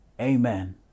amen